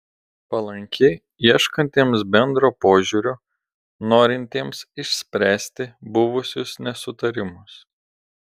palanki ieškantiems bendro požiūrio norintiems išspręsti buvusius nesutarimus